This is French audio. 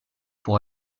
pour